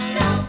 no